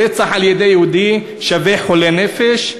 רצח על-ידי יהודי שווה חולה נפש.